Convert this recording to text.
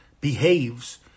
behaves